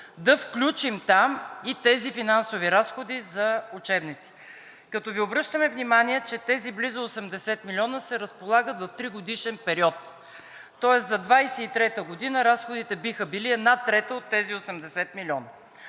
да включим там и тези финансови разходи за учебници, като Ви обръщаме внимание, че тези близо 80 милиона се разполагат в тригодишен период. Тоест за 2023 г. разходите биха били една трета от тези 80 милиона.